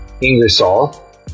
Ingersoll